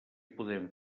podem